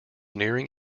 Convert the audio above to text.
nearing